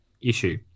issue